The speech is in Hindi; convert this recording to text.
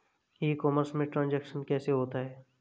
ई कॉमर्स में ट्रांजैक्शन कैसे होता है?